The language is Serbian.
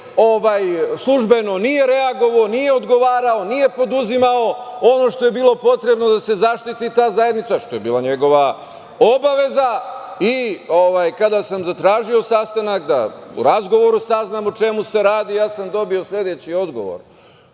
službeno nije reagovao, nije odgovarao, nije preduzimao ono što je bilo potrebno da se zaštiti ta zajednica, što je bila njegova obaveza. Kada sam zatražio sastanak i da u razgovoru saznam o čemu se radi, ja sam dobio sledeći odgovor.